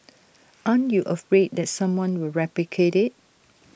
aren't you afraid that someone will replicate IT